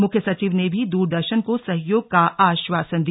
मुख्य सचिव ने भी दूरदर्शन को सहयोग का आश्वासन दिया